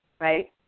right